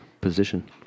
position